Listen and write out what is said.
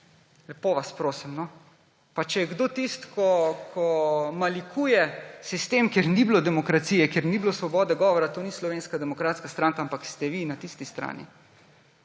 lepo vas prosim, no. Če je kdo tisti, ki malikuje sistem, kjer ni bilo demokracije, kjer ni bilo svobode govora, to ni Slovenska demokratska stranka, ampak ste vi na tisti strani.